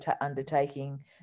undertaking